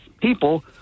people